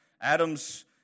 Adam's